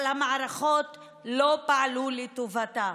אבל המערכות לא פעלו לטובתה.